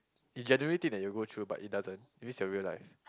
you generally think that you'll go through but it doesn't it means your real life